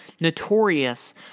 notorious